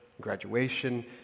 graduation